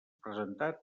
presentat